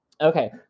Okay